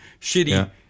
Shitty